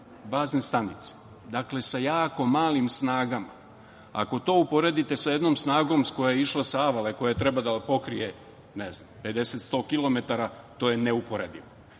bazne stanice. Dakle, sa jako malim snagama. Ako to uporedite sa jednom snagom koja je išla sa Avale, koja treba da pokrije, ne znam, 50, 100 kilometara to je neuporedivo. Dakle,